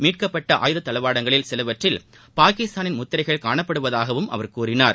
மீட்கப்பட்ட ஆயுத தளவாடங்களில் சிலவற்றில் பாகிஸ்தானின் முத்திரைகள் காணப்படுவதாகவும் அவர் கூறினார்